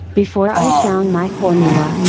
before i found my formula,